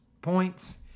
points